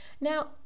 Now